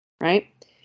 Right